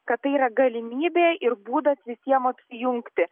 kad tai yra galimybė ir būdas visiem apsijungti